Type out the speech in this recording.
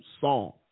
song